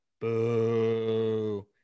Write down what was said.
boo